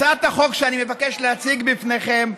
הצעת החוק שאני מבקש להציג לפניכם,